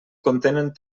contenen